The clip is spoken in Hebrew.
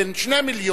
בן 2 מיליון,